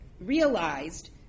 realized